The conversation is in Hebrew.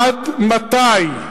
עד מתי,